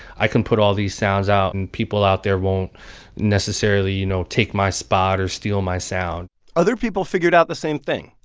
i can put all these sounds out, and people out there won't necessarily, you know, take my spot or steal my sound other people figured out the same thing.